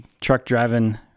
truck-driving